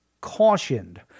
cautioned